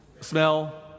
smell